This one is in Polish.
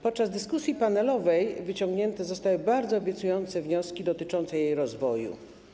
Podczas dyskusji panelowej wyciągnięte zostały bardzo obiecujące wnioski dotyczące jej rozwoju.